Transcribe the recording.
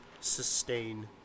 sustain